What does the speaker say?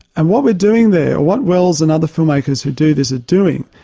and what we're doing there, what welles and other film makers who do this are doing,